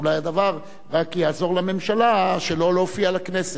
אולי הדבר רק יעזור לממשלה שלא להופיע בכנסת,